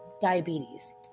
diabetes